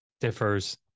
differs